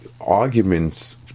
arguments